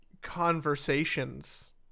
conversations